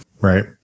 right